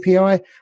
API